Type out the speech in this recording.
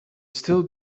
still